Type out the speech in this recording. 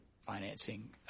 financing